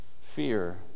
fear